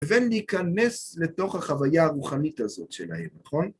לבין להיכנס לתוך החוויה הרוחנית הזאת שלהם, נכון?